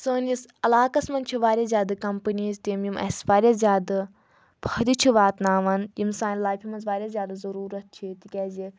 سٲنِس علاقَس منٛز چھِ واریاہ زیادٕ کَمپٔنیٖز تِم یِم اَسہِ واریاہ زیادٕ فٲہدٕ چھِ واتناوان یِم سانہِ لایِفہِ منٛز واریاہ زیادٕ ضٔروٗرت چھِ تِکیٛازِ